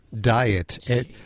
diet